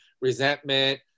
resentment